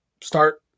start